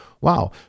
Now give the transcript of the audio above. wow